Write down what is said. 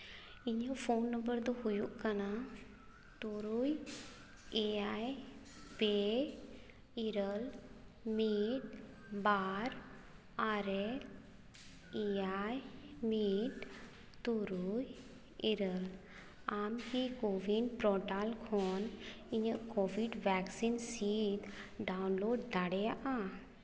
ᱤᱧᱟᱹᱜ phone number ᱫᱚ ᱦᱩᱭᱩᱜ ᱠᱟᱱᱟ ᱛᱩᱨᱩᱭ ᱮᱭᱟᱭ ᱯᱮ ᱤᱨᱟᱹᱞ ᱢᱤᱫ ᱵᱟᱨ ᱟᱨᱮ ᱮᱭᱟᱭ ᱢᱤᱫ ᱛᱩᱨᱩᱭ ᱤᱨᱟᱹᱞ ᱟᱢ ᱠᱤ ᱠᱳᱵᱷᱤᱱ ᱯᱨᱚᱴᱟᱞ ᱠᱷᱚᱱ ᱤᱧᱟᱹᱜ ᱠᱳᱵᱷᱤᱰ ᱵᱷᱮᱠᱥᱤᱱ ᱥᱤᱫᱽ ᱰᱟᱣᱩᱱᱞᱳᱰ ᱫᱟᱲᱮᱭᱟᱜᱼᱟ